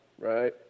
right